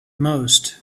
most